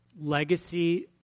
Legacy